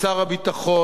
לקבינט ולממשלה: